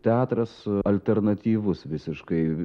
teatras alternatyvus visiškai